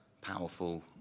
powerful